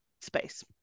space